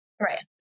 right